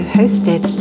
hosted